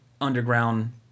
underground